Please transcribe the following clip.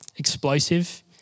explosive